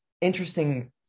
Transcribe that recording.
interesting